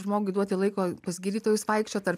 žmogui duoti laiko pas gydytojus vaikščiot ar